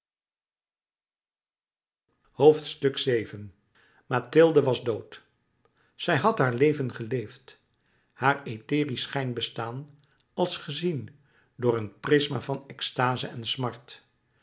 mathilde was dood zij had haar leven geleefd haar etherisch schijnbestaan als gezien door een prisma van extaze en smart